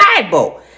Bible